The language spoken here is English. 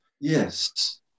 Yes